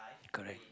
correct